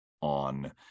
on